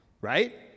Right